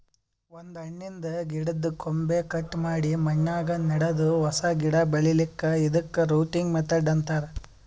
ಒಂದ್ ಹಣ್ಣಿನ್ದ್ ಗಿಡದ್ದ್ ಕೊಂಬೆ ಕಟ್ ಮಾಡಿ ಮಣ್ಣಾಗ ನೆಡದು ಹೊಸ ಗಿಡ ಬೆಳಿಲಿಕ್ಕ್ ಇದಕ್ಕ್ ರೂಟಿಂಗ್ ಮೆಥಡ್ ಅಂತಾರ್